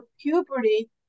puberty